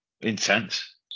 intense